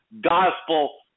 gospel